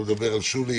שלא לדבר על שולי,